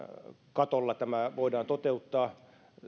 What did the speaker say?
katolla tämä voidaan toteuttaa